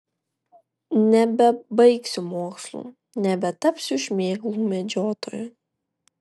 nebebaigsiu mokslų nebetapsiu šmėklų medžiotoju